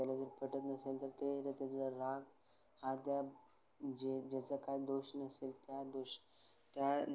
त्याला जर पटत नसेल तर ते त्याचा जो राग हा त्या जे ज्याचा काय दोष नसेल त्या दोष त्या